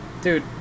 dude